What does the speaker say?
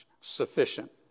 sufficient